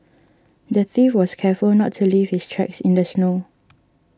the thief was careful not to leave his tracks in the snow